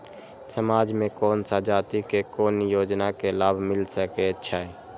समाज में कोन सा जाति के कोन योजना के लाभ मिल सके छै?